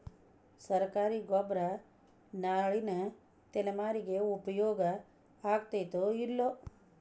ಸರ್ಕಾರಿ ಗೊಬ್ಬರ ನಾಳಿನ ತಲೆಮಾರಿಗೆ ಉಪಯೋಗ ಆಗತೈತೋ, ಇಲ್ಲೋ?